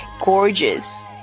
gorgeous